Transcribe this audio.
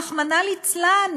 רחמנא ליצלן,